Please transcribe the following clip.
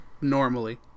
Normally